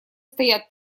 стоят